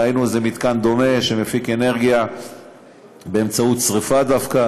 ראינו איזה מתקן דומה שמפיק אנרגיה באמצעות שרפה דווקא